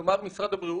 כלומר משרד הבריאות,